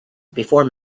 before